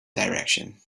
direction